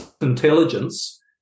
intelligence